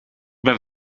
ben